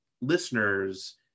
listeners